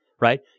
right